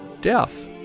death